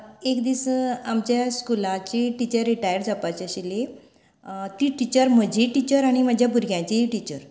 एक दीस आमच्या स्कुलाची टिचर रिटायर जावपाची आशिल्ली ती टिचर म्हजीय टिचर आनी म्हज्या भुरग्यांचीय टिचर